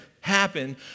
happen